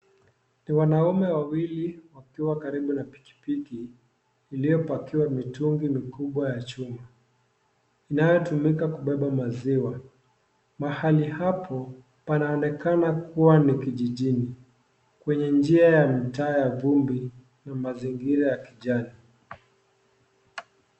Ni wanaume wawili wakiwa karibu na pikipiki iliyopakiwa mitungi mikubwa ya chuma, inayotumika kubeba maziwa. Mahali hapo panaonekana kuwa ni kijijini, kwenye njia na mtaa ya vumbi ni mazingira ya kijani.